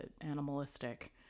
animalistic